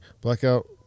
Blackout